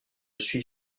suis